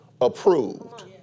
approved